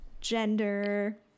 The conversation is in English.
gender